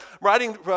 writing